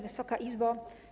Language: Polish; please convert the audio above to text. Wysoka Izbo!